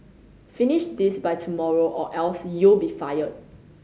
finish this by tomorrow or else you'll be fired